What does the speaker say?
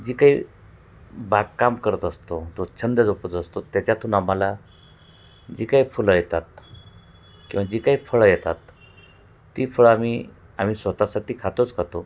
जी काही बागकाम करत असतो तो छंद जोपत असतो त्याच्यातून आम्हाला जी काही फुलं येतात किंवा जी काई फळं येतात ती फळं आम्ही आम्ही स्वतसाठी खातोच खातो